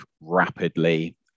rapidly